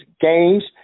games